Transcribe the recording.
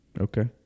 Okay